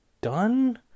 done